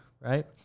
Right